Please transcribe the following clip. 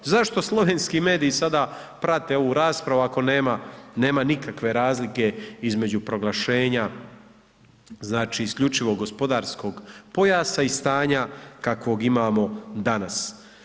Zašto slovenski mediji sada prate ovu raspravu ako nema nikakve razlike između proglašenja, znači, isključivog gospodarskog pojasa i stanja kakvog imamo danas.